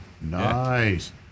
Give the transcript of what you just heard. Nice